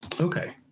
Okay